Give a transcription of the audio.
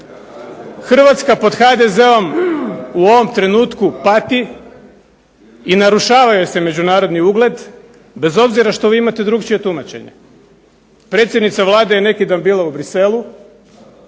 Hrvatska pod HDZ-om u ovom trenutku pati i narušava joj se međunarodni ugled bez obzira što vi imate drukčije tumačenje. Predsjednica Vlade je neki dan bila u Bruxellesu,